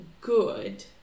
good